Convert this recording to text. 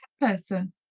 person